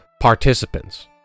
participants